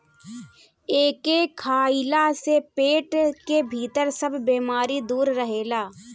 एके खइला से पेट के भी सब बेमारी दूर रहेला